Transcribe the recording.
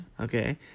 Okay